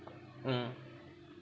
mm